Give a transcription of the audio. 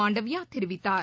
மாண்டவியாதெரிவித்தார்